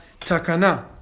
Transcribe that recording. Takana